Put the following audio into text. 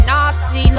Nazi